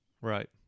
right